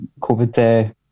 COVID